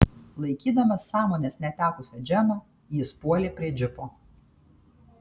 laikydamas sąmonės netekusią džemą jis puolė prie džipo